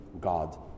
God